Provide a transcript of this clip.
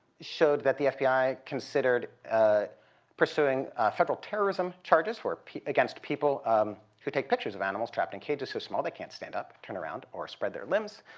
showed that the fbi considered pursuing federal terrorism charges against people who take pictures of animals trapped in cages so small they can't stand up, turn around, or spread their limbs.